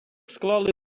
склали